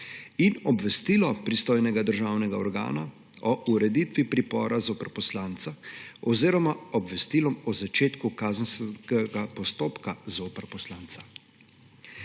in obvestilo pristojnega državnega organa o ureditvi pripora zoper poslanca oziroma obvestilo o začetku kazenskega postoka zoper poslanca.